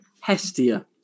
Hestia